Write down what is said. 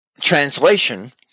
translation